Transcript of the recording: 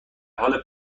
حال